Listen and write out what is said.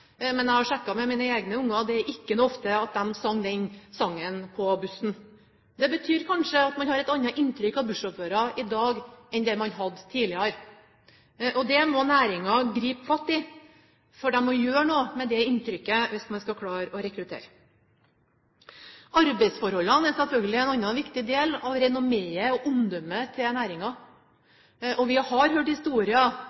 Jeg har sjekket med mine egne unger, og det er ikke ofte de har sunget den sangen på bussen. Det betyr kanskje at man har et annet inntrykk av bussjåfører i dag enn det man hadde tidligere. Det må næringen gripe fatt i, for de må gjøre noe med det inntrykket hvis man skal klare å rekruttere. Arbeidsforholdene er selvfølgelig en annen viktig del av renommeet og omdømmet til